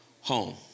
home